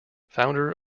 founder